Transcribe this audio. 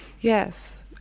Yes